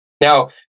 Now